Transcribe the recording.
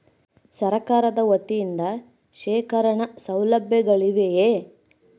ಸರಕಾರದ ವತಿಯಿಂದ ಶೇಖರಣ ಸೌಲಭ್ಯಗಳಿವೆಯೇ?